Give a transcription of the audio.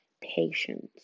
Patience